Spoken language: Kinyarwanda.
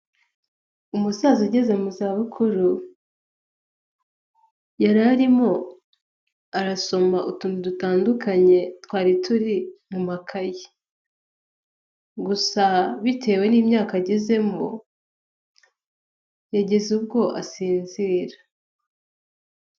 Umusaza ugeze mu za bukuru yararimo arasoma utuntu dutandukanye twari turi mu makayi, gusa bitewe n'imyaka ageze yagize ubwo asinzira.